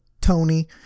Tony